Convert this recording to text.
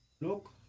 look